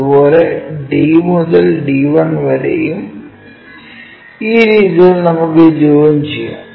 അതുപോലെ D മുതൽ D1 വരെയും ഈ രീതിയിൽ നമുക്ക് ജോയിൻ ചെയ്യാം